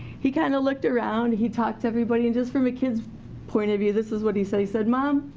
he kinda kind of looked around, he talked to everybody and just from a kids point of view this is what he said, he said mom,